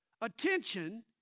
Attention